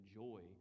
joy